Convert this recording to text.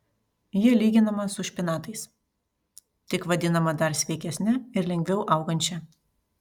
ji lyginama su špinatais tik vadinama dar sveikesne ir lengviau augančia